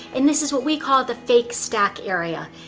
and this is what we call the fake stack area.